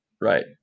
Right